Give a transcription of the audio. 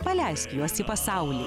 paleisk juos į pasaulį